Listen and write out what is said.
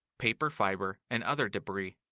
paper fiber, and other debris.